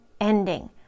ending